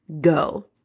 go